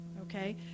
Okay